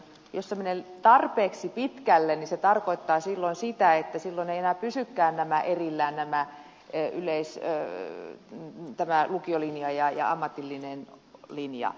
jos se menee tarpeeksi pitkälle niin se tarkoittaa sitä että silloin eivät enää pysykään erillään lukiolinja ja ammatillinen linja